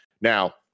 Now